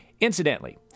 Incidentally